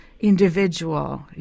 individual